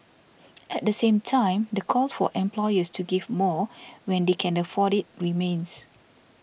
at the same time the call for employers to give more when they can afford it remains